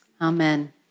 Amen